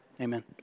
Amen